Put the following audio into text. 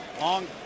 Long